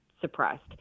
suppressed